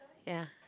ya